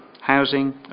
housing